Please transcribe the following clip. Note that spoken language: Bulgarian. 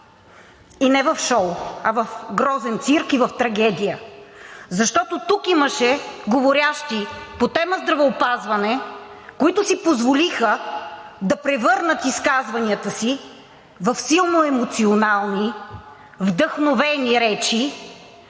и не в шоу, а в грозен цирк и в трагедия. Защото тук имаше говорещи по тема „Здравеопазване“, които си позволиха да превърнат изказванията в силно емоционални, вдъхновени речи